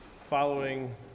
following